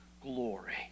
glory